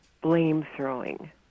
blame-throwing